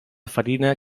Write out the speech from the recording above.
farina